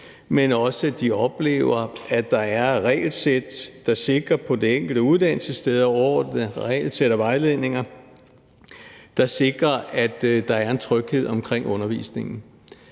men også at de oplever, at der på det enkelte uddannelsessted er overordnede regelsæt og vejledninger, der sikrer, at der er en tryghed omkring undervisningen.